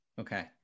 Okay